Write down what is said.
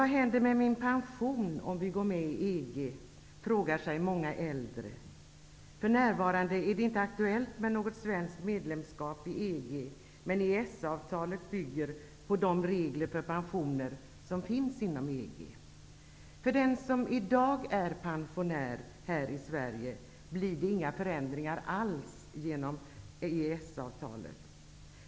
Vad händer då med vår pension om vi går med i EG, frågar sig många äldre. F.n. är det inte aktuellt med ett svenskt medlemskap i EG, men EES avtalet bygger på de regler för pensioner som finns inom EG. För den som i dag är pensionär i Sverige blir det inga förändringar alls genom EES-avtalet.